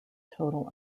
total